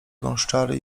gąszczary